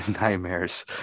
nightmares